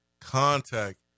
contact